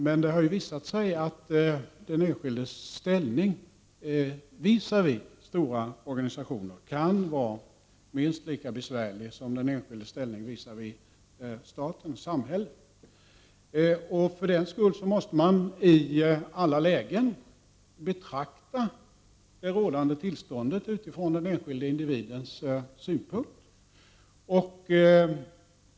Men det har visat sig att det kan vara lika besvärligt med den enskildes ställning visavi stora organisationer som med den enskildes ställning visavi staten, samhället. Därför måste man i alla lägen betrakta det rådande tillståndet utifrån den enskilda individens synpunkt.